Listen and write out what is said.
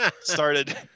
started